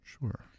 Sure